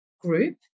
group